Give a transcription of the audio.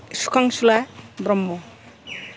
Sukhansula Brahma